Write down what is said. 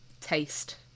taste